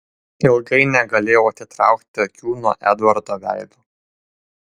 ilgai negalėjau atitraukti akių nuo edvardo veido